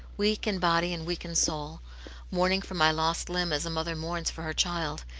weak in body and weak in soul mourning for my lost limb as a mother mourns for her child,